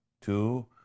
Two